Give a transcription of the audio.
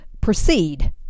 proceed